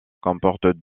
comporte